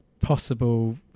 possible